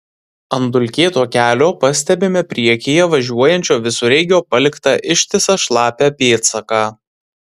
ant dulkėto kelio pastebime priekyje važiuojančio visureigio paliktą ištisą šlapią pėdsaką